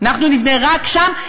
אנחנו נבנה רק שם,